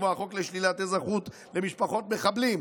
כמו החוק לשלילת אזרחות למשפחות מחבלים,